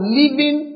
living